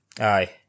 Aye